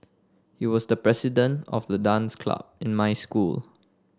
he was the president of the dance club in my school